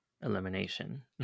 elimination